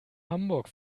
hamburg